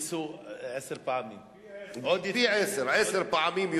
לשבור את הראש איך לגרום לכך שהמחירים של מוצרים בריאותיים יהיו זולים